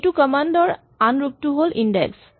এইটো কমান্ড ৰ আনটো ৰূপ হ'ল ইনডেক্স